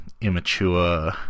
immature